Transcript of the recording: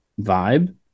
vibe